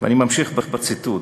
ואני ממשיך בציטוט: